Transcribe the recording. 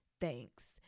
thanks